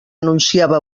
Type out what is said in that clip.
anunciava